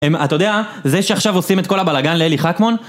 אהם, אתה יודע, זה שעכשיו עושים את כל הבלאגן לאלי חכמון